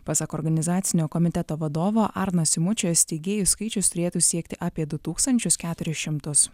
pasak organizacinio komiteto vadovo arno simučio steigėjų skaičius turėtų siekti apie du tūkstančius keturis šimtus